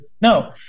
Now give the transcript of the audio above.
No